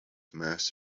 masts